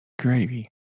gravy